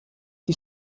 die